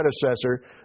predecessor